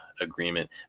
agreement